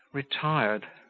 retired.